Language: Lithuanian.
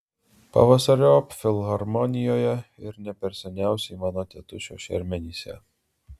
pavasariop filharmonijoje ir ne per seniausiai mano tėtušio šermenyse